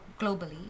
globally